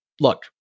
look